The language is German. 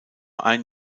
ein